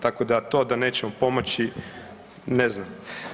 Tako to da nećemo pomoći, ne znam.